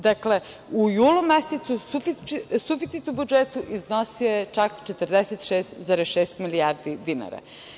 Dakle, u julu mesecu suficit u budžetu iznosio je čak 46,6 milijardi dinara.